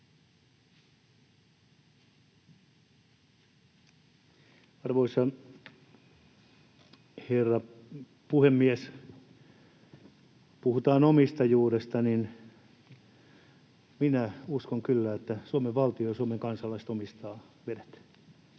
Arvoisa herra puhemies! Kun puhutaan omistajuudesta, niin minä uskon kyllä, että Suomen valtio ja Suomen kansalaiset omistavat vedet.